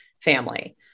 family